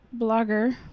blogger